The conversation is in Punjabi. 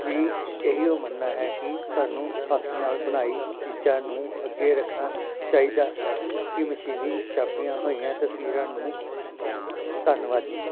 ਵੀ ਇਹੀ ਓ ਮੰਨਣਾ ਹੈ ਕਿ ਸਾਨੂੰ ਹੱਥ ਨਾਲ ਬਣਾਈ ਚੀਜ਼ਾਂ ਨੂੰ ਅੱਗੇ ਰੱਖਣਾ ਚਾਹੀਦਾ ਹੈ ਕਿ ਮਸ਼ੀਨੀ ਛਾਪੀਆਂ ਹੋਈਆਂ ਤਸਵੀਰਾਂ ਨੂੰ ਧੰਨਵਾਦ ਜੀ